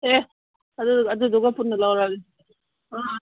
ꯑꯦ ꯑꯗꯨꯗꯨꯒ ꯄꯨꯟꯅ ꯂꯧꯔꯒꯦ ꯑꯥ